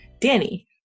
Danny